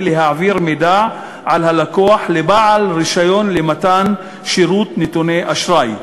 להעביר מידע על הלקוח לבעל רישיון למתן שירות נתוני אשראי,